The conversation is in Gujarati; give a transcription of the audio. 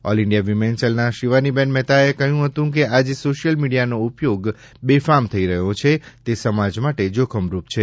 ઓલ ઇન્ડિયા વિમેન સેલના શિવાનીબેન મહેતાએ કહ્યું હતું કે આજે સોશિયલ મીડિયાનો ઉપયોગ બેફામ થઈ રહ્યો છે તે સમાજ માટે જોખમરૂપ છે